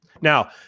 Now